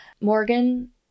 Morgan